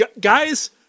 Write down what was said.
Guys